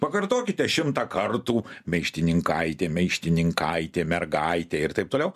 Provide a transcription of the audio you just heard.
pakartokite šimtą kartų meištininkaitė meištininkaitė mergaitė ir taip toliau